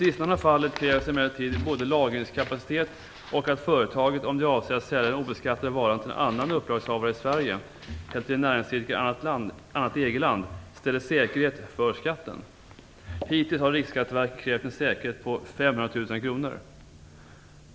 I sistnämnda fallet krävs emellertid både lagringskapacitet och att företaget, om det avser att sälja den obeskattade varan till en annan upplagshavare i Sverige eller till en näringsidkare i ett annat EG-land, ställer säkerhet för skatten. Hittills har Riksskatteverket krävt en säkerhet på 500 000 kr.